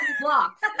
blocks